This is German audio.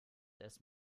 erst